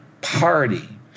party